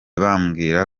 bambwira